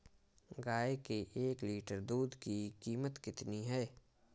गाय के एक लीटर दूध की कीमत कितनी है?